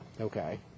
Okay